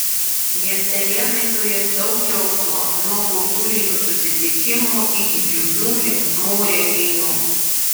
miestelėnai turės daug džiaugsmo nuo kultūrinių susitikimų iki džiugių linksmų renginių